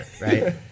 right